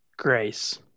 Grace